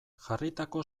jarritako